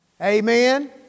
Amen